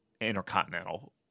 intercontinental